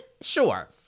sure